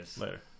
Later